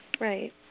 Right